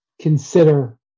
consider